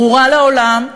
ברורה לעולם,